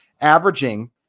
averaging –